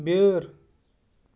بیٛٲر